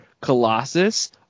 Colossus